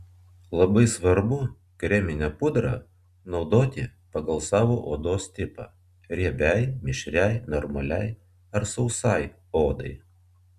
labai svarbu kreminę pudrą naudoti pagal savo odos tipą riebiai mišriai normaliai ar sausai odai